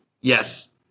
Yes